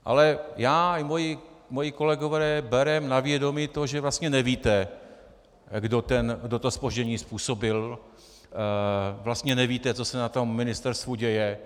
Ale já i moji kolegové bereme na vědomí to, že vlastně nevíte, kdo to zpoždění způsobil, vlastně nevíte, co se na ministerstvu děje.